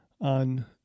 on